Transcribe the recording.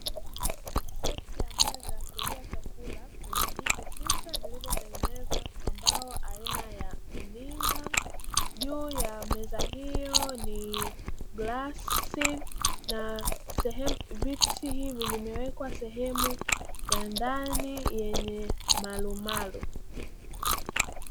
Seti ya meza ya kulia chakula yenye viti sita vilivyotengenezwa kwa mbao aina ya "Mninga". Juu ya meza hiyo ni glasi na viti hivi vimewekwa sehemu ya ndani yenye marumaru.